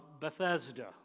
Bethesda